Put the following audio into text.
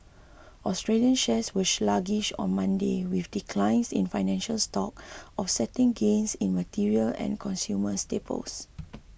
Australian shares were sluggish on Monday with declines in financial stocks offsetting gains in materials and consumer staples